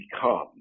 become